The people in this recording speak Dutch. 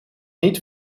niet